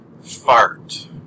FART